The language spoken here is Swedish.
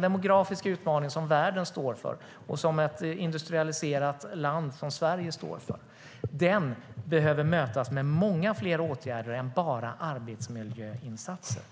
demografiska utmaning som världen står inför, och som ett industrialiserat land som Sverige står inför, behöver mötas med många fler åtgärder än bara arbetsmiljöinsatser.